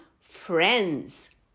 friends